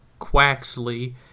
Quaxley